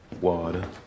Water